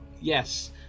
Yes